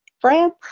France